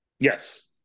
Yes